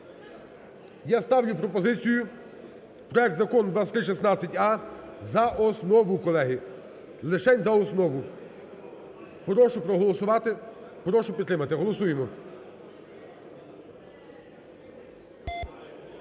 Я ставлю пропозицію проект Закону 2316а за основу, колеги. Лишень за основу. Прошу проголосувати. Прошу підтримати. Голосуємо.